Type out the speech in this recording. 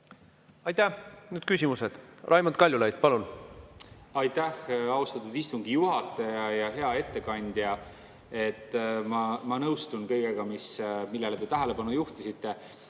Aitäh! Nüüd küsimused. Raimond Kaljulaid, palun! Aitäh, austatud istungi juhataja! Hea ettekandja! Ma nõustun kõigega, millele te tähelepanu juhtisite.